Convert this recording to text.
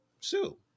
Sue